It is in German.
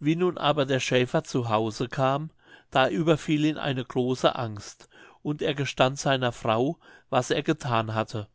wie nun aber der schäfer zu hause kam da überfiel ihn eine große angst und er gestand seiner frau was er gethan hatte